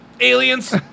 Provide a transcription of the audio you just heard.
Aliens